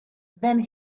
then